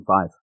five